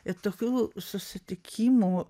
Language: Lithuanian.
ir tokių susitikimų